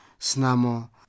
snamo